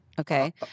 okay